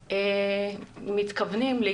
מתכוונים,